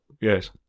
Yes